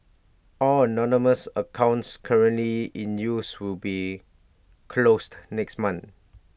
all anonymous accounts currently in use will be closed next month